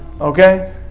Okay